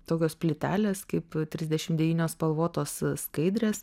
tokios plytelės kaip trisdešim devynios spalvotos skaidrės